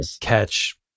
catch